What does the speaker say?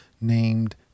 named